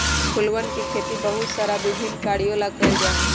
फूलवन के खेती बहुत सारा विभिन्न कार्यों ला कइल जा हई